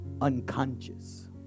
unconscious